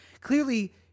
clearly